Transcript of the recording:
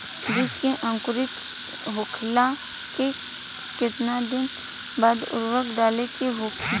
बिज के अंकुरित होखेला के कितना दिन बाद उर्वरक डाले के होखि?